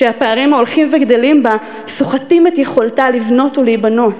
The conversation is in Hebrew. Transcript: שהפערים ההולכים וגדלים בה סוחטים את יכולתה לבנות ולהיבנות.